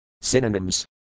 Synonyms